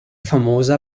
famosa